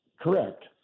Correct